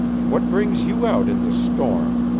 what brings you out in this storm?